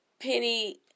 Penny